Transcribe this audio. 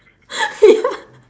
ya